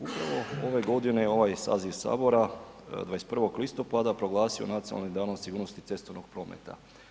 Upravo ove godine ovaj saziv Sabora 21. listopada proglasio je Nacionalnim danom sigurnosti cestovnog prometa.